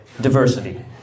Diversity